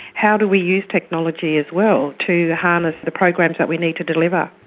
how do we use technology as well to harness the programs that we need to deliver.